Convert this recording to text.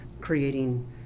creating